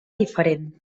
diferent